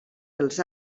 dels